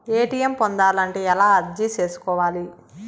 ATM పొందాలంటే ఎలా అర్జీ సేసుకోవాలి?